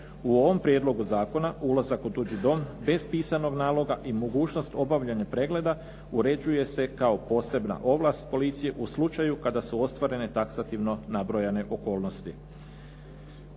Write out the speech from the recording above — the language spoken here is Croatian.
U ovom prijedlogu zakona ulazak u tuđi dom bez pisanog naloga i mogućnost obavljanja pregleda uređuje se kao posebna ovlast policije u slučaju kada su ostvarene taksativno nabrojane okolnosti.